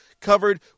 covered